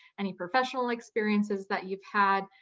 any professional experiences that you've had,